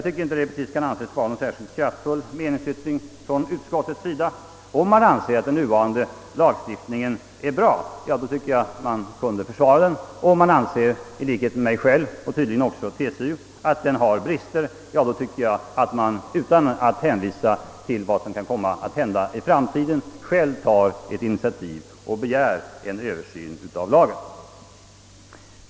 Det är inte någon särskilt kraftfull meningsyttring från utskottets sida. Om man anser att den nuvarande lagstiftningen är bra tycker jag att man borde försvara den. Om man, i likhet med mig och tydligen också TCO, anser att den har brister tycker jag att man utan att hänvisa till vad som kan komma att hända i framtiden själv borde ta ett initiativ och begära en översyn av lagen.